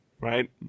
right